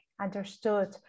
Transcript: understood